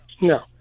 no